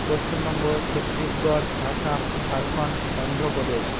Paschimbanga Chhattisgarh Assam Jharkhand Andhra Pradesh